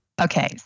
Okay